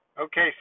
Okay